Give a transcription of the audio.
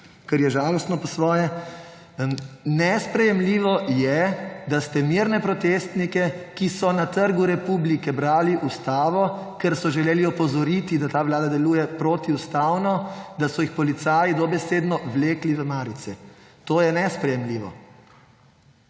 kar je žalostno po svoje. Nesprejemljivo je, da ste mirne protestnike, ki so na Trgu republike brali ustavo, ker so želeli opozoriti, da ta vlada deluje protiustavno, da so jih policaji dobesedno vlekli v marice. To je nesprejemljivo.